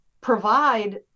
provide